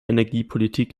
energiepolitik